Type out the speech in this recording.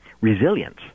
resilience